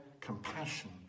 compassion